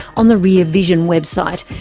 on the rear vision website,